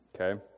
okay